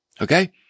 okay